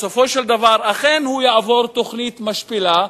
בסופו של דבר, אכן הוא יעבור תוכנית משפילה,